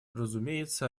разумеется